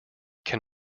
can